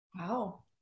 Wow